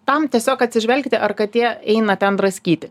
tam tiesiog atsižvelgti ar katė eina ten draskyti